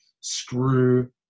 screw